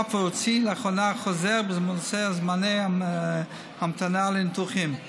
ואף הוציא לאחרונה חוזר בנושא זמני המתנה לניתוחים.